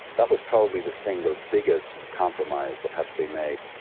that was probably the single biggest compromise that had to be made,